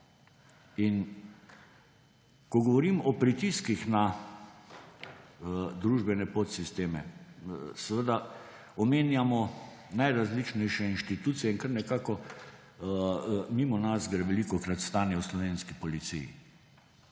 Ko govorim o pritiskih na družbene podsisteme, omenjamo najrazličnejše inštitucije in kar nekako mimo nas gre velikokrat stanje v slovenski policiji,